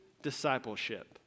discipleship